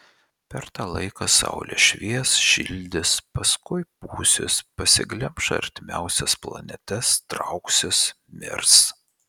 per tą laiką saulė švies šildys paskui pūsis pasiglemš artimiausias planetas trauksis mirs